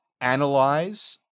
analyze